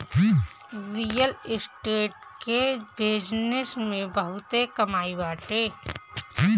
real estate के business में बहुते कमाई बाटे